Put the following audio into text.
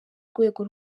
rwego